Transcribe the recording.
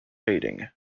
fading